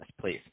please